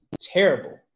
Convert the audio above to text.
terrible